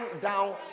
down